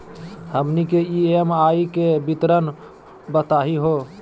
हमनी के ई.एम.आई के विवरण बताही हो?